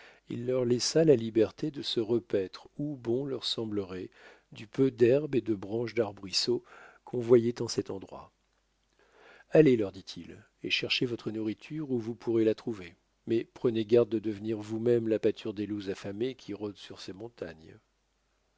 il leur laissa la liberté de se repaître où bon leur semblerait du peu d'herbe et de branches d'arbrisseaux qu'on voyait en cet endroit allez leur dit-il et cherchez votre nourriture où vous pourrez la trouver mais prenez garde de devenir vous-mêmes la pâture des loups affamés qui rôdent sur ces montagnes